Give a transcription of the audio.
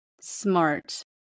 smart